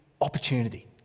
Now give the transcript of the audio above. opportunity